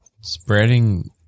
spreading